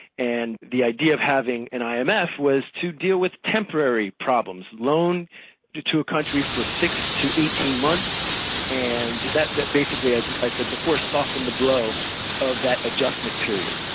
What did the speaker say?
and the idea of having an imf was to deal with temporary problems, loans to to countries for six to eighteen months and that that basically as i said before, softened the blow of that adjustment period.